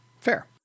fair